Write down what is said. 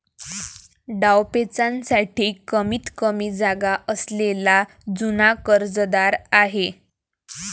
डावपेचांसाठी कमीतकमी जागा असलेला जुना कर्जदार आहे